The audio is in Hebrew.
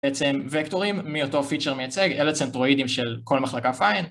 בעצם וקטורים מאותו פיצ'ר מייצג אלה צנטרואידים של כל מחלקה פיין